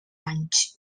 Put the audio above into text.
anys